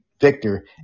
victor